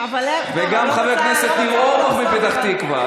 וגם חבר הכנסת ניר אורבך מפתח תקווה,